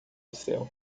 céu